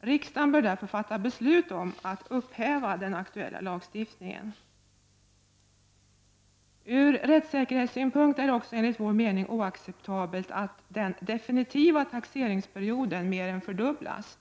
Riksdagen bör därför fatta beslut om att upphäva den aktuella lagstiftningen. Ur rättssäkerhetssynpunkt är det också enligt vår mening oacceptabelt att den definitiva taxeringsperioden mer än fördubblas.